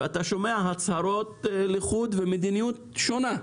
שומעים הצהרות לחוד ומדיניות שונה לחוד.